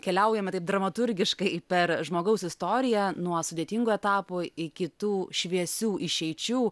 keliaujame taip dramaturgiškai per žmogaus istoriją nuo sudėtingų etapų iki tų šviesių išeičių